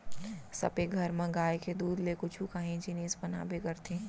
सबे घर म गाय के दूद ले कुछु काही जिनिस बनाबे करथे